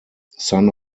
son